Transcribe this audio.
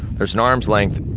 there's an arm's length,